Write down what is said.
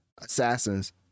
assassins